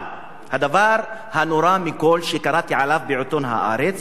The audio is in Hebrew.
אבל הדבר הנורא מכול שקראתי עליו בעיתון "הארץ"